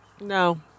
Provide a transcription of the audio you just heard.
No